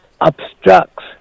obstructs